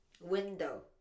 Window